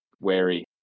wary